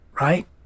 right